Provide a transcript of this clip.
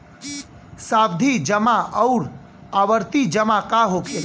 सावधि जमा आउर आवर्ती जमा का होखेला?